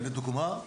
לדוגמה: